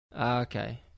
Okay